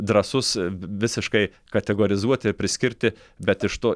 drąsus visiškai kategorizuoti priskirti bet iš to